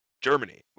Germany